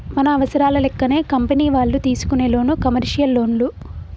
మన అవసరాల లెక్కనే కంపెనీ వాళ్ళు తీసుకునే లోను కమర్షియల్ లోన్లు